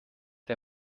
der